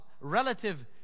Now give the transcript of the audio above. relative